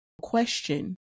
question